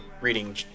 reading